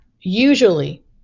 usually